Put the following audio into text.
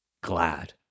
glad